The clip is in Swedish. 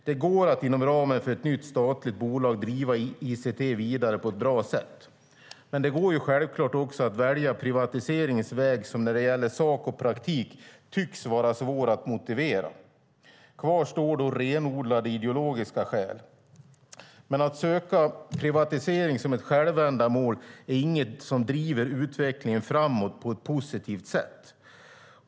Det går att inom ramen för ett nytt statligt bolag driva ICT vidare på ett bra sätt. Men det går ju självklart också att välja privatiseringens väg som när det gäller sak och praktik tycks vara svår att motivera. Kvar står då renodlade ideologiska skäl. Men privatisering som ett självändamål är inget som driver utvecklingen framåt på ett positivt sätt.